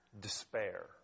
despair